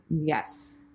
yes